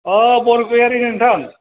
बरग'यारि नोंथां